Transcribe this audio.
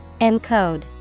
Encode